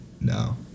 No